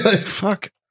Fuck